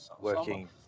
working